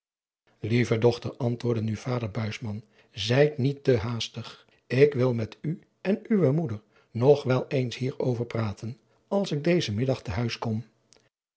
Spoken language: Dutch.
lieve dochter antwoordde nu vader buisman zijt niet te haastig ik wil met u en uwe moeder nog wel eens hier over praten als ik dezen middag